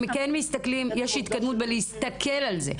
יש התקדמות בלהסתכל על זה.